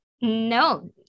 No